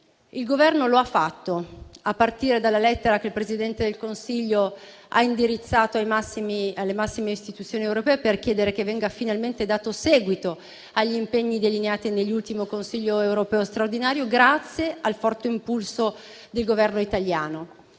Il Governo lo ha fatto, a partire dalla lettera che il Presidente del Consiglio ha indirizzato alle massime istituzioni europee per chiedere che venga finalmente dato seguito agli impegni delineati nell'ultimo Consiglio europeo straordinario, grazie al forte impulso del Governo italiano.